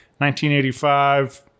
1985